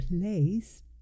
place